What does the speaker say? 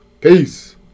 Peace